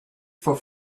for